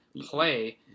play